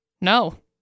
no